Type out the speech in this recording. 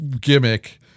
gimmick